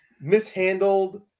mishandled